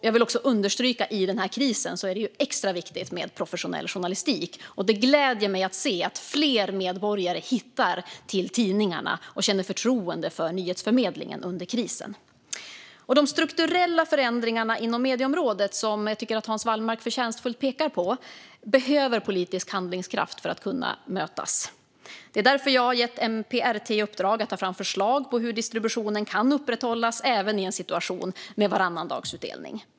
Jag vill också understryka att det under den här krisen är det extra viktigt med professionell journalistik. Det gläder mig att se att fler medborgare hittar till tidningarna och känner förtroende för nyhetsförmedlingen under krisen. De strukturella förändringarna inom medieområdet som Hans Wallmark förtjänstfullt pekar på behöver politisk handlingskraft för att mötas. Det är därför jag har gett MPRT i uppdrag att ta fram förslag på hur distributionen kan upprätthållas även i en situation med varannandagsutdelning.